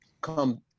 come